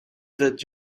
that